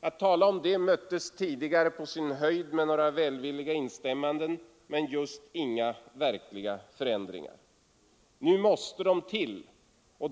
Att tala om det mötte tidigare på sin höjd välvilliga instämmanden men just inga verkliga förändringar. Nu måste de till.